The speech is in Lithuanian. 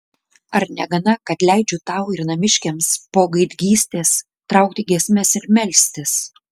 ar negana kad leidžiu tau ir namiškiams po gaidgystės traukti giesmes ir melstis